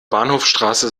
bahnhofsstraße